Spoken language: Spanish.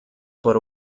por